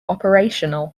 operational